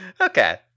Okay